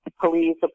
police